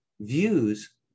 views